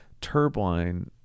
turbine